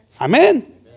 Amen